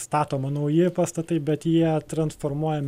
statoma nauji pastatai bet jie transformuojami